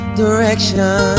direction